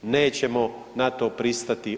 Nećemo na to pristati.